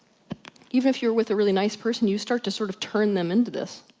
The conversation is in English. even if you're with a really nice person, you start to sort of turn them into this.